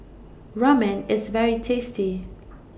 Ramen IS very tasty